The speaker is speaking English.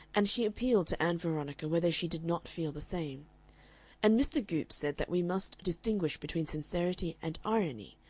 and she appealed to ann veronica whether she did not feel the same and mr. goopes said that we must distinguish between sincerity and irony,